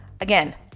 again